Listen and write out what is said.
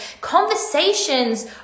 conversations